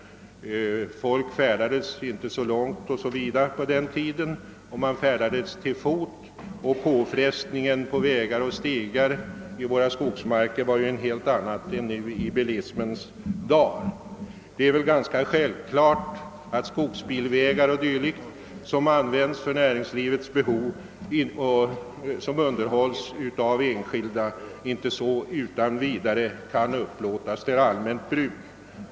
Folk färdades då inte så vida omkring, och man färdades till fots, varför påfrestningarna på vägar och stigar var mycket mindre än i bilismens dagar. Det är självklart att skogsbilvägar och liknande, som anläggs för näringslivets behov och som underhålls av enskilda, inte utan vidare kan upplåtas för allmänt bruk.